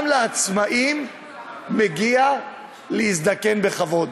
גם לעצמאים מגיע להזדקן בכבוד.